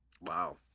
Wow